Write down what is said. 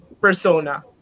persona